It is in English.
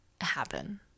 happen